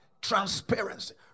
Transparency